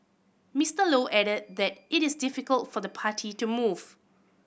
Mister Low added that it is difficult for the party to move